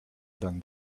than